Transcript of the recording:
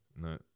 No